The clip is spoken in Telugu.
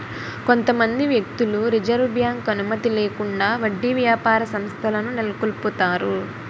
కొంతమంది వ్యక్తులు రిజర్వ్ బ్యాంక్ అనుమతి లేకుండా వడ్డీ వ్యాపార సంస్థలను నెలకొల్పుతారు